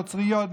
הנוצריות,